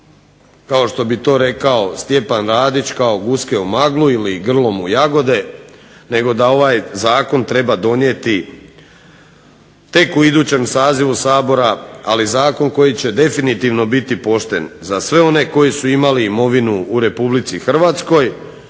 kao što bi to rekao Stjepan Radić kao guske u maglu ili grlom u jagode nego da ovaj zakon treba donijeti tek u idućem sazivu Sabora, ali zakon koji će definitivno biti pošten za sve one koji su imali imovinu u Republici Hrvatskoj,